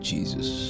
Jesus